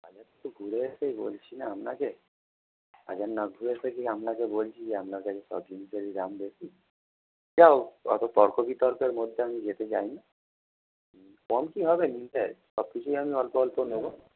বাজার তো ঘুরে এসেই বলছি না আপনাকে বাজার না ঘুরে এসে কী আপনাকে বলছি যে আপনার কাছে সব জিনিসেরই দাম বেশি যা হোক অতো তর্ক বিতর্কের মদ্যে আমি যেতে চাই না কম কি হবে জিনিসের সব কিছুই আমি অল্প অল্প নোবো